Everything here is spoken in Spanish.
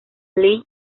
lee